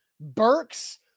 Burks